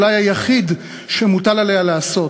אולי היחיד שמוטל עליה לעשות,